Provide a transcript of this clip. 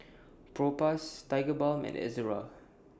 Propass Tigerbalm and Ezerra